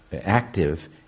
active